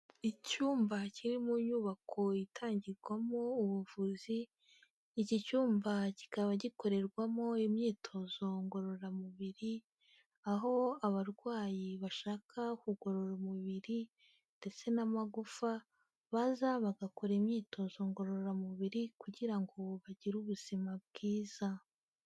Icyumba kiri mu nyubako itangirwamo ubuvuzi, iki cyumba kikaba gikorerwamo imyitozo ngororamubiri aho abarwayi bashaka kugorora umubiri ndetse n'amagufa baza bagakora imyitozo ngororamubiri kugira ngo bagire ubuzima bwiza.